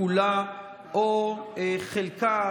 כולה או חלקה,